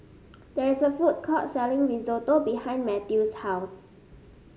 there is a food court selling Risotto behind Mathews' house